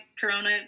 Corona